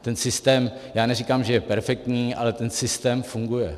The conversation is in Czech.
Ten systém, já neříkám, že je perfektní, ale ten systém funguje.